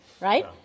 right